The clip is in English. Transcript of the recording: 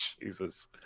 jesus